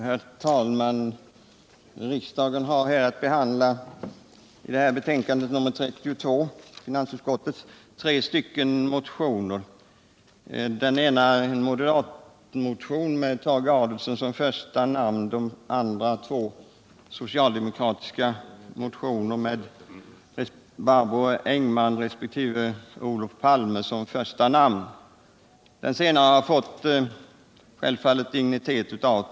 Utskottet har, oavsett dignitet och ursprung, behandlat motionerna lika och avstyrker samtliga.